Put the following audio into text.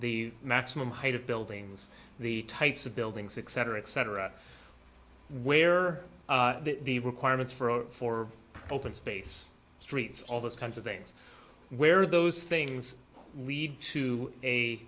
the maximum height of buildings the types of buildings etc etc where are the requirements for for open space streets all those kinds of things where those things lead to a